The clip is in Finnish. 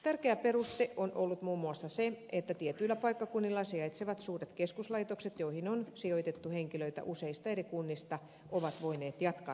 tärkeä peruste on ollut muun muassa se että tietyillä paikkakunnilla sijaitsevat suuret keskuslaitokset joihin on sijoitettu henkilöitä useista eri kunnista ovat voineet jatkaa toimintaansa